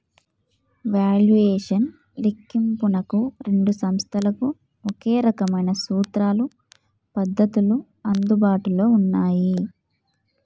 valuation లెక్కింపునకు రెండు సంస్థలకు ఒకే రకమైన సూత్రాలు, పద్ధతులు అందుబాటులో ఉన్నయ్యి